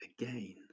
Again